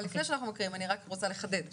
אבל לפני שאנחנו מקריאים אני רק רוצה לחדד,